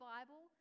Bible